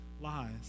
lies